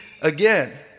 again